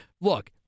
look